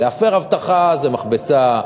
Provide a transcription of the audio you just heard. להפר הבטחה זה מכבסה.